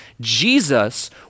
Jesus